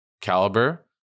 caliber